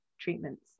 treatments